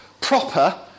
proper